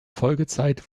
folgezeit